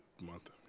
month